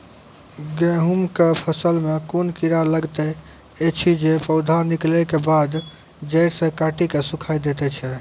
गेहूँमक फसल मे कून कीड़ा लागतै ऐछि जे पौधा निकलै केबाद जैर सऽ काटि कऽ सूखे दैति छै?